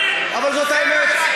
אבל זאת האמת.